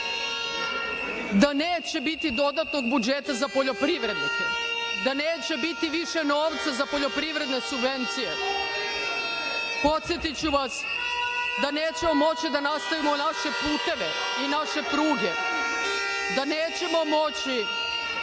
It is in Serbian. da neće biti dodatnog budžeta za poljoprivrednike, da neće biti više novca za poljoprivredne subvencije. Podsetiću vas da nećemo moći da nastavimo naše puteve i naše pruge, da nećemo moći